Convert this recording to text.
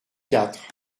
quatre